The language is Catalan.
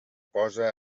posa